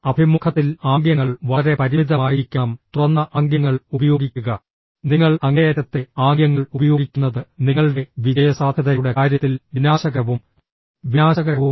അഭിമുഖത്തിൽ ആംഗ്യങ്ങൾ വളരെ പരിമിതമായിരിക്കണം തുറന്ന ആംഗ്യങ്ങൾ ഉപയോഗിക്കുക നിങ്ങൾ അങ്ങേയറ്റത്തെ ആംഗ്യങ്ങൾ ഉപയോഗിക്കുന്നത് നിങ്ങളുടെ വിജയസാധ്യതയുടെ കാര്യത്തിൽ വിനാശകരവും വിനാശകരവുമാണ്